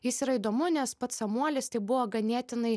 jis yra įdomu nes pats samuolis tai buvo ganėtinai